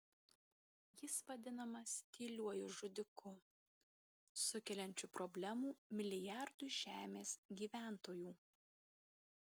jis vadinamas tyliuoju žudiku sukeliančiu problemų milijardui žemės gyventojų